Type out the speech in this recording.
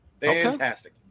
Fantastic